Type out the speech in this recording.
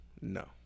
no